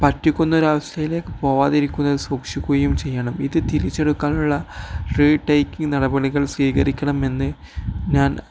പറ്റിക്കുന്നൊരു അവസ്ഥയിലേക്ക് പോകാതിരിക്കുന്നത് സൂക്ഷിക്കുകയും ചെയ്യണം ഇത് തിരിച്ചെടുക്കാനുള്ള റീടേക്കിംഗ് നടപടികൾ സ്വീകരിക്കണമെന്ന് ഞാൻ